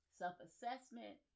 self-assessment